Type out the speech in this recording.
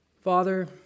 Father